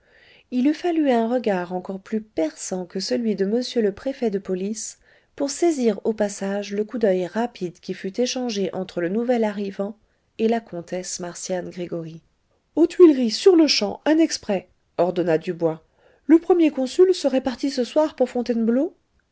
il eût fallu un regard encore plus perçant que celui de m le préfet de police pour saisir au passage le coup d'oeil rapide qui fut échangé entre le nouvel arrivant et la comtesse marcian gregoryi aux tuileries sur le champ un exprès ordonna dubois le premier consul serait parti ce soir pour fontainebleau